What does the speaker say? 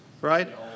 Right